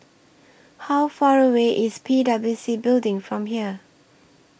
How Far away IS P W C Building from here